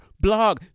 blog